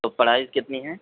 تو پدائز کتنی ہے